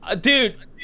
Dude